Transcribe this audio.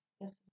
yes